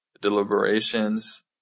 deliberations